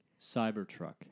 Cybertruck